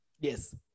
yes